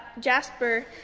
jasper